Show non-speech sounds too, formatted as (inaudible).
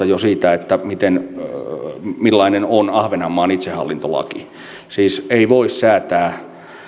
(unintelligible) jo siitä millainen on ahvenanmaan itsehallintolaki siis ei voi säätää